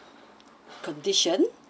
condition